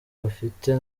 bafite